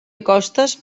acostes